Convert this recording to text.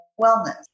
wellness